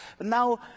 Now